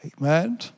Amen